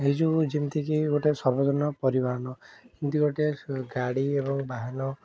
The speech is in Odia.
ଏଇ ଯେଉଁ ଯେମିତି କି ଗୋଟେ ସାର୍ବଜନୀନ ପରିବହନ ଯେମିତି ଗୋଟେ ଗାଡ଼ି ଏବଂ ବାହାନ